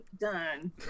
done